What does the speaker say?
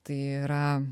tai yra